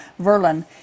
Verlin